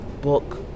book